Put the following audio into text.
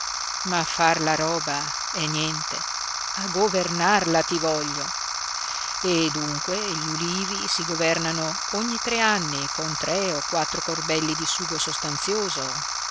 ma far la roba è niente a governarla ti voglio e dunque gli ulivi si governano ogni tre anni con tre o quattro corbelli di sugo sostanzioso